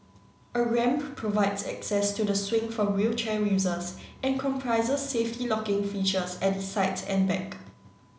a ramp provides access to the swing for wheelchair users and comprises safety locking features at the sides and back